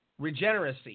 regeneracy